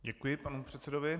Děkuji panu předsedovi.